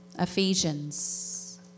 Ephesians